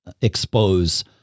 expose